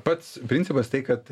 pats principas tai kad